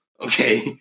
Okay